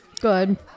good